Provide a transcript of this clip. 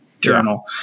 journal